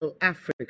Africa